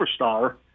superstar